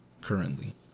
currently